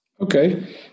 Okay